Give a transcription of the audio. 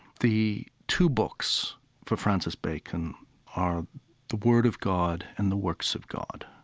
the two books for francis bacon are the word of god and the works of god,